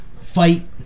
fight